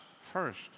first